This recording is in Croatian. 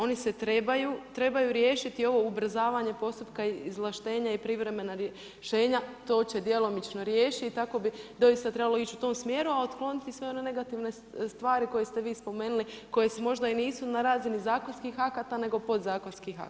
Oni se trebaju riješiti i ovo ubrzavanje postupka izvlaštenja i privremena rješenja to će djelomično riješiti i tako bi doista trebalo ići u tom smjeru, a otkloniti sve one negativne stvari koje ste vi spomenuli koje možda i nisu na razini zakonskih akata nego podzakonskih akata.